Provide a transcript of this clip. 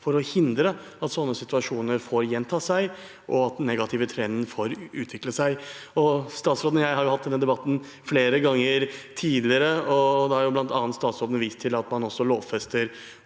for å hindre at sånne situasjoner får gjenta seg og den negative trenden får utvikle seg. Statsråden og jeg har hatt denne debatten flere ganger tidligere, og da har statsråden bl.a. vist til at man også lovfester